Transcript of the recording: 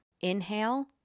Inhale